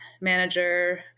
manager